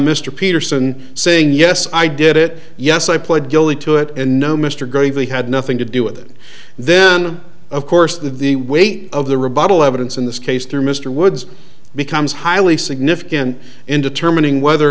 mr peterson saying yes i did it yes i pled guilty to it and no mr gravely had nothing to do with it then of course the weight of the rebuttal evidence in this case through mr woods becomes highly significant in determining whether or